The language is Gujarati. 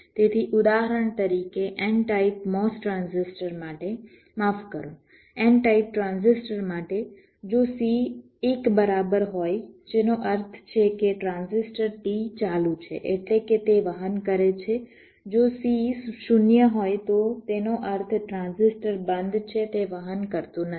તેથી ઉદાહરણ તરીકે n ટાઇપ MOS ટ્રાન્ઝિસ્ટર માટે માફ કરો n ટાઇપ ટ્રાન્ઝિસ્ટર માટે જો C 1 બરાબર હોય જેનો અર્થ છે કે ટ્રાન્ઝિસ્ટર T ચાલું છે એટલે કે તે વહન કરે છે જો C 0 હોય તો તેનો અર્થ ટ્રાન્ઝિસ્ટર બંધ છે તે વહન કરતું નથી